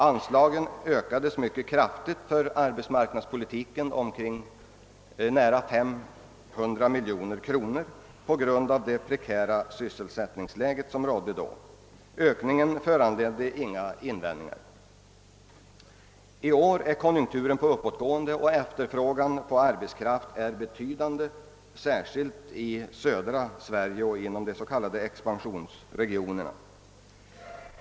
Anslagen ökades mycket kraftigt för arbetsmarknadspolitiken eller med nära 500 miljoner kronor. Detta skedde på grund av det prekära sysselsättningsläge som då var rådande. Ökningen föranledde inga invändningar. I år är konjunkturen på uppåtgående och efterfrågan på arbetskraft är betydande, särskilt i södra Sverige och inom de så kallade expansionsregionerna.